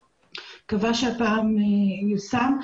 אני מקווה שהפעם הוא ייושם.